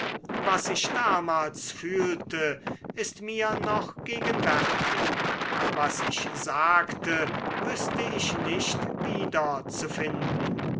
was ich damals fühlte ist mir noch gegenwärtig was ich sagte wüßte ich nicht wieder zu finden